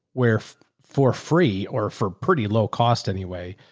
where for free or for pretty low cost anyway,